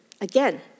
Again